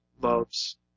loves